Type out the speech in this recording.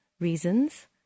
reasons